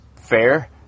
fair